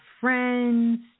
friends